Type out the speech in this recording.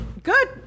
good